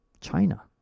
China